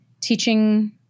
teaching